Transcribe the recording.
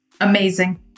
Amazing